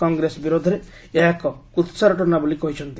କଂଗ୍ରେସ ବିରୋଧରେ ଏହା ଏକ କୃହାରଟନା ବୋଲି କହିଛନ୍ତି